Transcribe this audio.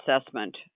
assessment